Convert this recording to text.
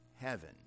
Heaven